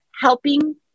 helping